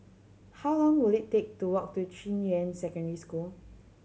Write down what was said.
how long will it take to walk to Junyuan Secondary School